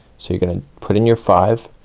so you're gonna put in your five,